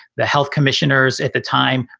the health commissioners at the time,